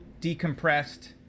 decompressed